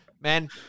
Man